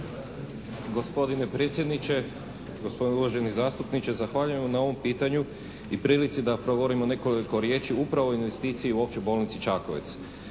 Gospodine predsjedniče, gospodine uvaženi zastupniče. Zahvaljujem na ovom pitanju i prilici da progovorim u nekoliko riječi upravo o investiciji o Općoj bolnici Čakovec.